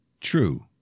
True